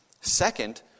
Second